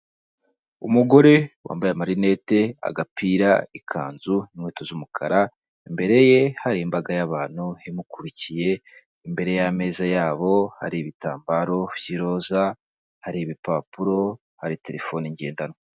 Umugore wambaye amarinete, agapira, ikanzu n'inkweto z'umukara, imbere ye hari imbaga y'abantu imukurikiye, imbere y'ameza yabo hari ibitambaro by'roza, hari ibipapuro, hari telefone ngendanwa.